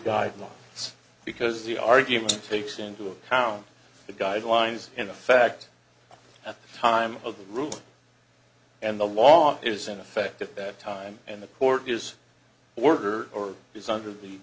guidelines because the argument takes into account the guidelines in effect at the time of the rule and the law is in effect at that time and the court is order or is under the